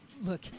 Look